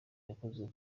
yakozwe